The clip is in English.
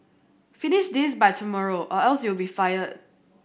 finish this by tomorrow or else you'll be fired